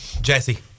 jesse